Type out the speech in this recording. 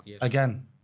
Again